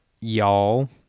y'all